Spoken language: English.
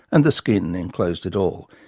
and the skin enclosed it all.